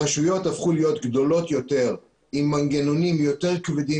הרשויות הפכו להיות גדולות יותר עם מנגנונים יותר כבדים